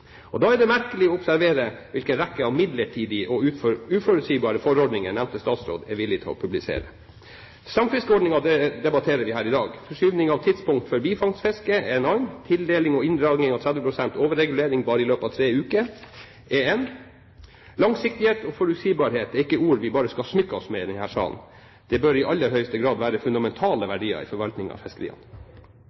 Da er det merkelig å observere hvilken rekke av midlertidige og uforutsigbare forordninger nevnte statsråd er villig til å publisere: Samfiskeordningen debatterer vi her i dag. Forskyvning av tidspunkt for bifangstfiske er en annen, tildeling og inndragning av 30 pst. overregulering bare i løpet av tre uker er en tredje. Langsiktighet og forutsigbarhet er ikke bare ord vi skal smykke oss med i denne salen. De bør i aller høyeste grad være fundamentale verdier i forvaltningen av fiskeriene.